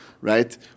right